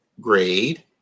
grade